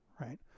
right